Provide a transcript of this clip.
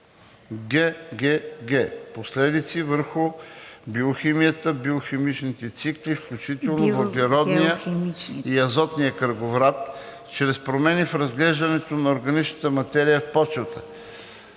ггг) последици върху биогеохимията (биогеохимичните цикли), включително въглеродния и азотния кръговрат, чрез промени в разграждането на органична материя в почвата;